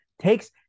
takes